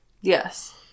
Yes